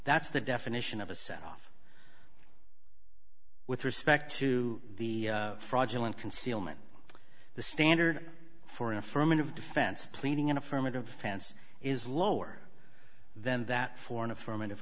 that's the definition of a set off with respect to the fraudulent concealment the standard for an affirmative defense pleading an affirmative fans is lower than that for an affirmative